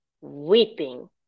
weeping